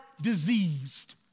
diseased